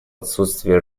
отсутствие